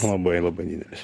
labai labai didelis